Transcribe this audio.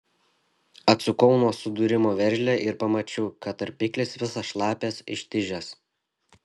atsukau nuo sudūrimo veržlę ir pamačiau kad tarpiklis visas šlapias ištižęs